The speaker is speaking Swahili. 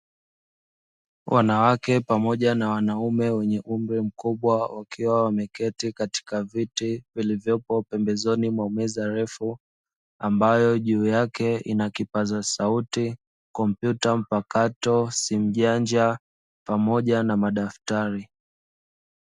Wanawake pamoja na wanaume wenye umri mkubwa, wakiwa wameketi katika viti vilivyopo pembezoni mwa meza ndefu, ambayo juu yake ina kipaza sauti, kompyuta mpakato, simu janja pamoja na madaftari.